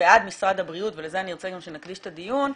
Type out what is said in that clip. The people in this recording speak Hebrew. ועד משרד הבריאות ולזה אני ארצה גם שנקדיש את הדיון,